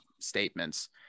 statements